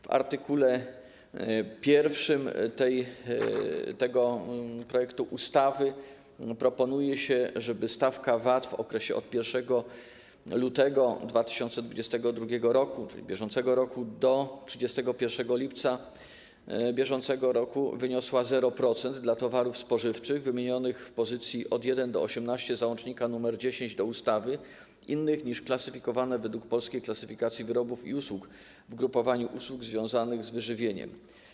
W art. 1 tego projektu ustawy proponuje się, żeby stawka VAT w okresie od 1 lutego 2022 r., czyli bieżącego roku, do 31 lipca br. wyniosła 0% dla towarów spożywczych wymienionych w pozycji od 1 do 18 załącznika nr 10 do ustawy, innych niż klasyfikowane według Polskiej Klasyfikacji Wyrobów i Usług w grupowaniu usługi związane z wyżywieniem.